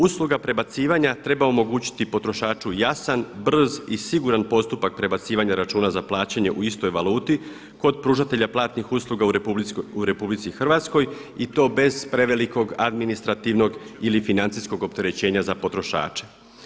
Usluga prebacivanja treba omogućiti potrošaču jasan, brz i siguran postupak prebacivanja računa za plaćanje u istoj valuti kod pružatelja platnih usluga u RH i to bez prevelikog administrativnog ili financijskog opterećenja za potrošače.